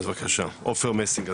בבקשה, עופר מסינג.